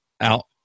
out